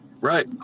Right